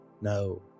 No